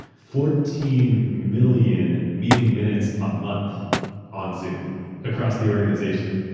fourteen million meeting minutes a month on zoom across the organization.